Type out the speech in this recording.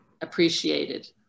appreciated